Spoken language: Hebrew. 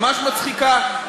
ממש מצחיקה.